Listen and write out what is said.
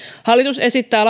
hallitus esittää